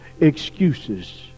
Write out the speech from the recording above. excuses